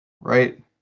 Right